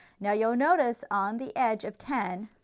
now you will notice on the edge of ten,